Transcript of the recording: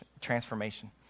transformation